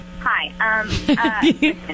Hi